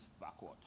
backward